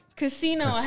Casino